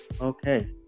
Okay